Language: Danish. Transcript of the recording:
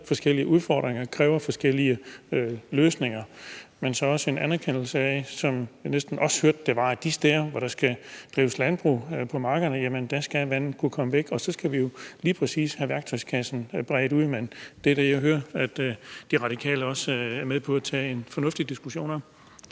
forskellige udfordringer kræver forskellige løsninger; men det er så også en anerkendelse af, at de steder, hvor der skal drives landbrug på markerne, skal vandet kunne komme væk. Og så skal vi jo lige præcis have værktøjskassen bredt ud, men det er det, jeg hører at De Radikale også er med på at tage en fornuftig diskussion om.